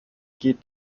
geht